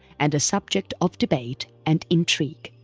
and a subject of debate and intrigue.